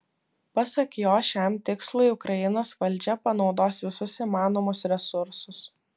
pasak jo šiam tikslui ukrainos valdžia panaudos visus įmanomus resursus